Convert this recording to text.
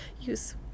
use